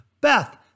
Beth